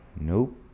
Nope